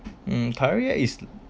mm currently like is